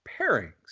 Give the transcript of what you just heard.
pairings